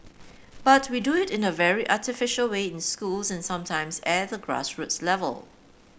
but we do it in a very artificial way in schools and sometimes at the grass roots level